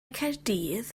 caerdydd